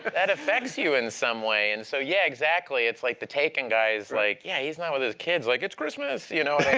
that affects you in some way. and so yeah, exactly. it's like the taken guy is like, yeah, he's not with his kids. like, it's christmas, you know